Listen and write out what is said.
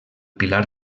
pilar